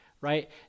right